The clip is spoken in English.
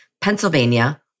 Pennsylvania